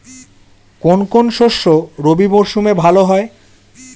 কোন কোন শস্য রবি মরশুমে ভালো হয়?